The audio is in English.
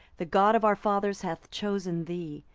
the god of our fathers hath chosen thee,